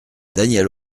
danielle